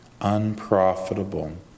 Unprofitable